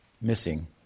missing